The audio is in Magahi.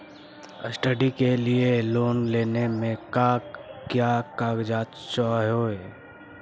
स्टडी के लिये लोन लेने मे का क्या कागजात चहोये?